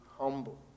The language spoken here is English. humble